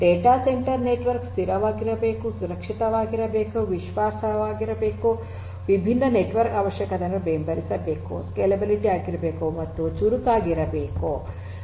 data centre network ಸ್ಥಿರವಾಗಿರಬೇಕು ಸುರಕ್ಷಿತವಾಗಿರಬೇಕು ವಿಶ್ವಾಸಾರ್ಹವಾಗಿರಬೇಕು ವಿಭಿನ್ನ ನೆಟ್ವರ್ಕ್ ಅವಶ್ಯಕತೆಗಳನ್ನು ಬೆಂಬಲಿಸಬೇಕು ಸ್ಕೇಲೆಬಲ್ ಆಗಿರಬೇಕು ಮತ್ತು ಚುರುಕಾಗಿರಬೇಕು